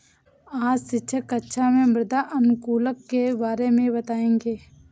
आज शिक्षक कक्षा में मृदा अनुकूलक के बारे में बताएं